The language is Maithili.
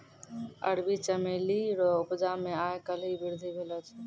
अरबी चमेली रो उपजा मे आय काल्हि वृद्धि भेलो छै